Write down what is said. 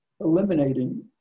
eliminating